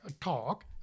talk